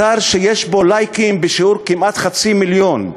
אתר שיש בו לייקים בשיעור של כמעט חצי מיליון,